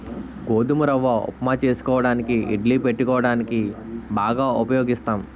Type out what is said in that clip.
గోధుమ రవ్వ ఉప్మా చేసుకోవడానికి ఇడ్లీ పెట్టుకోవడానికి బాగా ఉపయోగిస్తాం